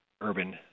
urban